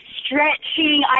stretching